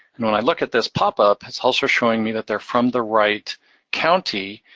and when i look at this popup, it's also showing me that they're from the right county,